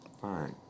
fine